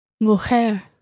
Mujer